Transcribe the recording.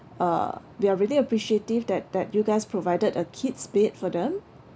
uh we are really appreciative that that you guys provided a kid's bed for them